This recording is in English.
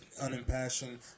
unimpassioned